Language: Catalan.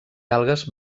algues